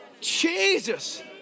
Jesus